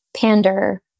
pander